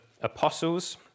apostles